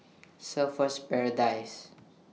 Surfer's Paradise